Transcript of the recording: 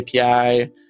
API